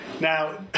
Now